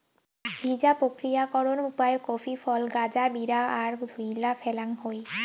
ভিজা প্রক্রিয়াকরণ উপায় কফি ফল গাঁজা বিরা আর ধুইয়া ফ্যালাং হই